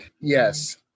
Yes